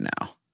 now